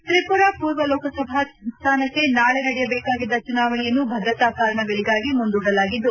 ತ್ರಿಪುರ ಮೂರ್ವ ಲೋಕಸಭಾ ಸ್ವಾನಕ್ಷೆ ನಾಳೆ ನಡೆಯಬೇಕಾಗಿದ್ದ ಚುನಾವಣೆಯನ್ನು ಭದ್ರತಾ ಕಾರಣಗಳಗಾಗಿ ಮುಂದೂಡಲಾಗಿದ್ದು